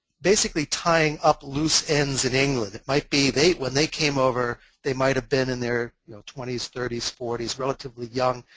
basically tying up loose ends in england. it might be that when they came over, they might have been in their you know twenty s, thirty s, forty s, relatively young.